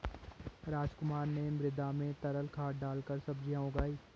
रामकुमार ने मृदा में तरल खाद डालकर सब्जियां उगाई